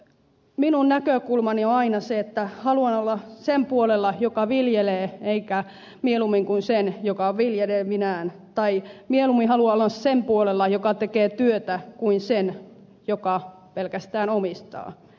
minun näkökulmani on aina se että haluan olla sen puolella joka viljelee mieluummin kuin sen joka on viljelevinään tai mieluummin haluan olla sen puolella joka tekee työtä kuin sen joka pelkästään omistaa